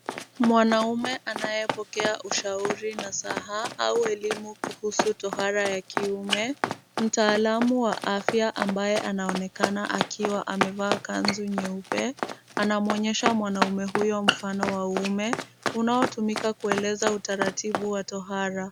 Mwanaume anayepokea ushauri nasaha au elimu kuhusu tohara ya kiume, mtaalamu wa afya ambaye anaonekana kuwa akiwa amevaa kanzu nyeupe, anamwonyesha mwanaume huyo mfano wa uume, unaotumika kueleza utaratibu wa tohara.